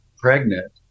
pregnant